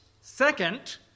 Second